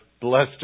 blessed